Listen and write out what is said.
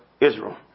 Israel